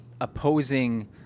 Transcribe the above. opposing